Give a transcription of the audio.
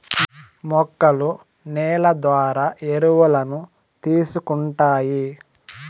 మొక్కలు నేల ద్వారా ఎరువులను తీసుకుంటాయి